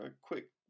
quick